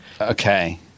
Okay